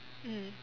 mm